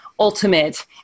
ultimate